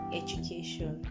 education